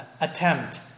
attempt